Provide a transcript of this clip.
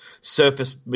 surface